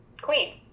queen